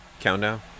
Countdown